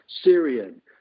Syrian